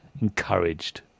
encouraged